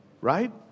right